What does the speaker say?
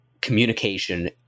communication